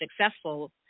successful